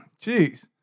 Jeez